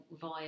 via